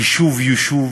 יישוב יישוב,